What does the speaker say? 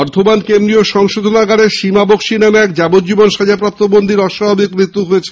বর্ধমান কেন্দ্রীয় সংশোধনাগারে সীমা বক্সি নামে এক যাবজ্জীবন সাজা প্রাপ্ত বন্দির অস্বাভাবিক মৃত্যু হয়েছে